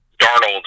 Darnold